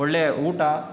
ಒಳ್ಳೆಯ ಊಟ